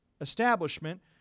establishment